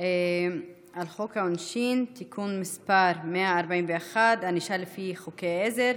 על הצעת חוק העונשין (תיקון מס' 141) (ענישה לפי חוקי עזר),